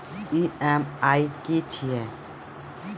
EMI की छिये?